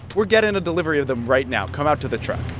we're getting a delivery of them right now. come out to the truck